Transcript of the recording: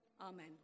Amen